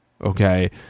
Okay